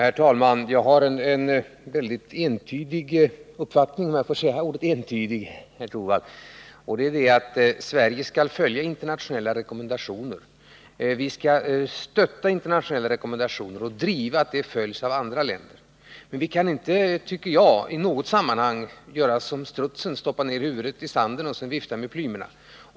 Herr talman! Jag har en mycket entydig uppfattning — om jag får använda ordet entydig, herr Torwald — och det är att Sverige skall följa internationella rekommendationer. Vi skall stötta internationella rekommendationer och driva den linjen att de skall följas av andra länder. Men vi kan inte i något sammanhang göra som strutsen: stoppa ned huvudet i sanden och sedan vifta med plymerna.